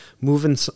moving